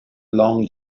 long